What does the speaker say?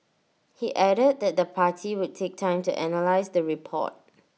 he added that the party would take time to analyse the report